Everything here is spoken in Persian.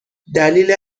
دلیل